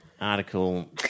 article